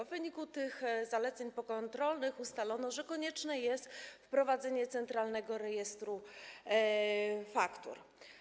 W wyniku zaleceń pokontrolnych ustalono, że konieczne jest wprowadzenie centralnego rejestru faktur.